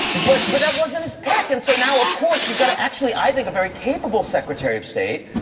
but but that wasn't his pick. and so, now, of course you've got to actually, i think, a very capable secretary of state,